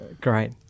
great